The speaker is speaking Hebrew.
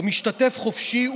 או משתתף חופשי,